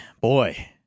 boy